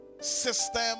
system